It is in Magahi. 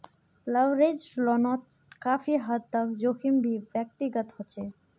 लवरेज्ड लोनोत काफी हद तक जोखिम भी व्यक्तिगत होचे